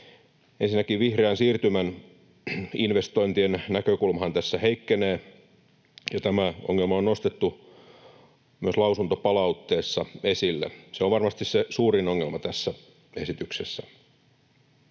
Ensinnäkin vihreän siirtymän investointien näkökulmahan tässä heikkenee, ja tämä ongelma on nostettu myös lausuntopalautteessa esille. Se on varmasti se suurin ongelma tässä esityksessä.